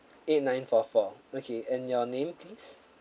eight nine four four okay and your name please